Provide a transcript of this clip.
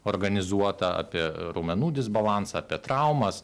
organizuotą apie raumenų disbalansą apie traumas